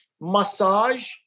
massage